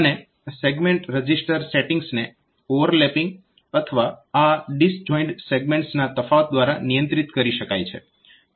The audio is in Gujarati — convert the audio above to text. અને સેગમેન્ટ રજીસ્ટર સેટિંગ્સને ઓવરલેપિંગ અથવા આ ડિસજોઇન્ડ સેગમેન્ટ્સના તફાવત દ્વારા નિયંત્રિત કરી શકાય છે